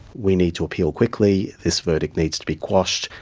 we need to appeal quickly, this verdict needs to be quashed.